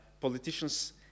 politicians